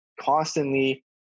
constantly